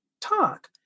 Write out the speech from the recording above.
talk